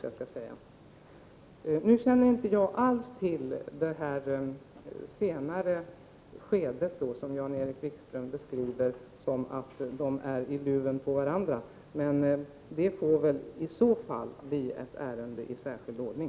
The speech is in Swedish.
Jag känner inte alls till det senare skede som Jan-Erik Wikström beskriver på det sättet att televerket och Sveriges Radio är i luven på varandra. Det får väl i så fall bli ett ärende i särskild ordning.